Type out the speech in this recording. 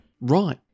Right